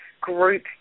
group